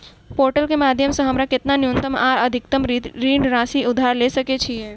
Portal केँ माध्यम सऽ हमरा केतना न्यूनतम आ अधिकतम ऋण राशि उधार ले सकै छीयै?